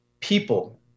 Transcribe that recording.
People